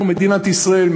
מדינת ישראל,